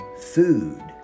food